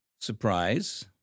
surprise